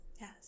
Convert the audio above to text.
Yes